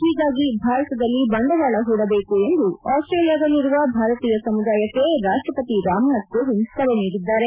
ಹೀಗಾಗಿ ಭಾರತದಲ್ಲಿ ಬಂಡವಾಳ ಹೊಡಬೇಕು ಎಂದು ಆಸ್ಟ್ರೇಲಿಯಾದಲ್ಲಿರುವ ಭಾರತೀಯ ಸಮುದಾಯಕ್ಕೆ ರಾಷ್ಟ್ರಪತಿ ರಾಮನಾಥ್ ಕೋವಿಂದ್ ಕರೆ ನೀಡಿದ್ದಾರೆ